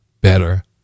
better